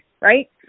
right